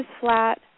flat